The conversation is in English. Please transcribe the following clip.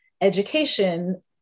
education